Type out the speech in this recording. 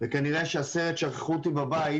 וכנראה הסרט "שכחו אותי בבית",